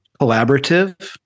collaborative